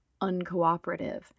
uncooperative